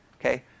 Okay